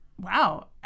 wow